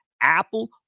apple